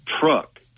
truck